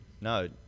No